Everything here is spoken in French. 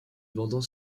vendant